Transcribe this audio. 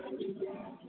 कहियौ की भेल